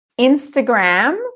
Instagram